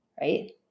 right